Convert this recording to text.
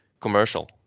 commercial